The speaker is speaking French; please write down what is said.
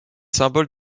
symboles